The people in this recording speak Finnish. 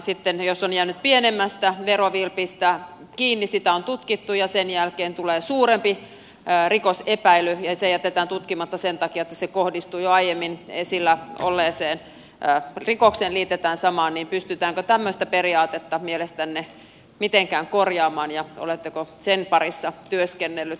sitten jos on jäänyt pienemmästä verovilpistä kiinni sitä on tutkittu ja sen jälkeen tulee suurempi rikosepäily ja se jätetään tutkimatta sen takia että se kohdistuu jo aiemmin esillä olleeseen rikokseen liitetään samaan pystytäänkö tämmöistä periaatetta mielestänne mitenkään korjaamaan ja oletteko sen parissa työskennellyt